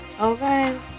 Okay